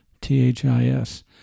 T-H-I-S